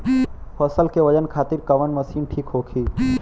फसल के वजन खातिर कवन मशीन ठीक होखि?